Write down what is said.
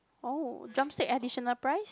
oh drumstick additional price